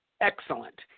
excellent